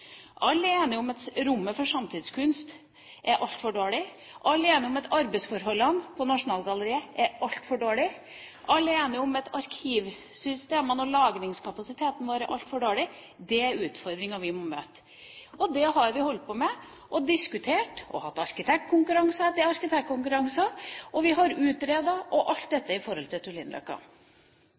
om at rommet for samtidskunst er altfor dårlig. Alle er enige om at arbeidsforholdene på Nasjonalgalleriet er altfor dårlige. Alle er enige om at arkivsystemene og lagringskapasiteten er altfor dårlig. Det er utfordringer vi må møte. Dette har vi holdt på å diskutere, hatt arkitektkonkurranse etter arkitektkonkurranse, og utredet – alt i forhold til